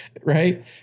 right